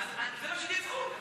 אדוני היושב-ראש,